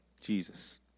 Jesus